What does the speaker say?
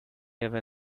have